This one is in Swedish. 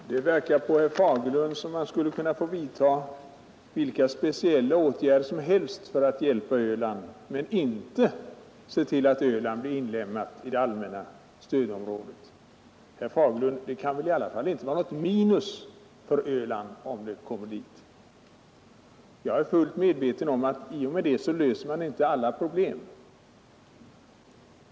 Herr talman! Det verkar på herr Fagerlund som om man skulle kunna få vidta vilka åtgärder som helst för att hjälpa Öland men inte se till att ön blir inlemmad i det allmänna stödområdet. Det kan väl i alla fall inte vara något minus för Öland om ön hänföres dit, herr Fagerlund. Jag är fullt medveten om att man i och med detta inte löser alla problem.